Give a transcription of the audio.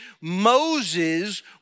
Moses